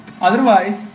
Otherwise